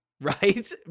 right